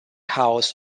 house